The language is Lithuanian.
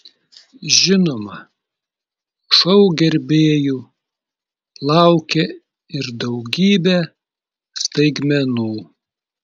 žinoma šou gerbėjų laukia ir daugybė staigmenų